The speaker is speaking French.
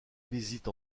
visite